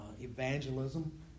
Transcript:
evangelism